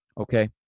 Okay